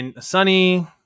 sunny